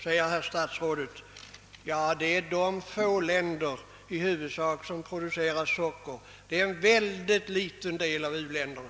Det gäller huvudsakligen de få länder som producerar socker och som i sin tur utgör en mycket liten del av u-länderna.